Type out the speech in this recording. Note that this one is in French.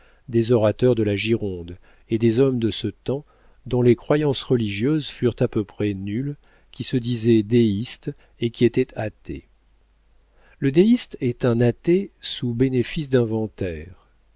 des orateurs de la gironde et des hommes de ce temps dont les croyances religieuses furent à peu près nulles qui se disaient déistes et qui étaient athées le déiste est un athée sous bénéfice